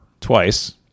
twice